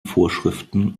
vorschriften